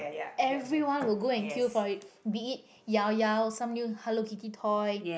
everyone will go and queue for it Beat It Llao Llao some new Hello Kitty toy everyone will go and queue for it